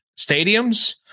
stadiums